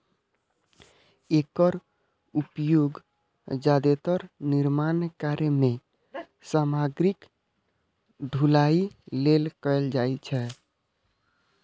एकर उपयोग जादेतर निर्माण कार्य मे सामग्रीक ढुलाइ लेल कैल जाइ छै